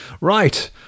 Right